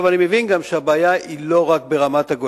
אני מבין גם שהבעיה היא לא רק ברמת-הגולן,